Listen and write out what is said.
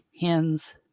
hens